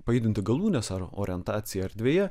pajudinti galūnes ar orientaciją erdvėje